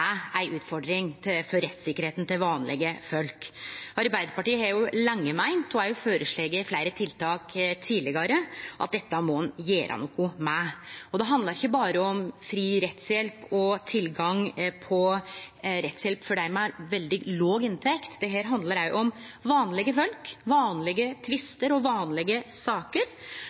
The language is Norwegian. i ei sivil sak er ei utfordring for rettssikkerheita til vanlege folk. Arbeidarpartiet har lenge meint at dette må ein gjere noko med, og også føreslått fleire tiltak tidlegare. Det handlar ikkje berre om fri rettshjelp og tilgang på rettshjelp for dei med veldig låg inntekt, dette handlar også om vanlege folk, vanlege tvistar og vanlege saker.